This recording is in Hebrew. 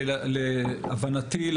להבנתי,